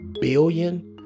billion